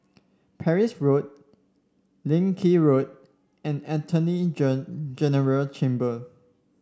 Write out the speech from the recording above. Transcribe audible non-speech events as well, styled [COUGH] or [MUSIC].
Parsi Road Leng Kee Road and Attorney [UNINTELLIGIBLE] General's Chamber